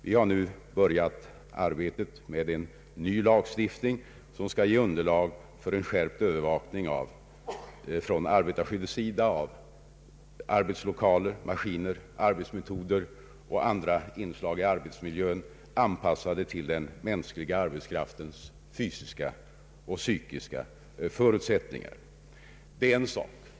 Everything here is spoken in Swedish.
Vi har nu påbörjat arbetet med en ny lagstiftning, som skall ge underlag för en skärpt övervakning från arbetarskyddets sida av arbetslokaler, maskiner, arbetsmetoder och andra inslag i ar Om förbättrad psykisk hälsovård betsmiljön, anpassade till den mänskliga arbetskraftens fysiska och psykiska förutsättningar. Det är en sak.